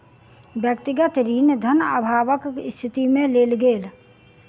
व्यक्तिगत ऋण धन अभावक स्थिति में लेल गेल